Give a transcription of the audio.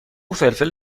فلفل